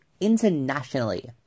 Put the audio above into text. internationally